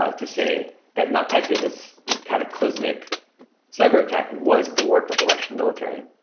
ah to say that notpetya, this cataclysmic cyber-attack, was the work of the russian military.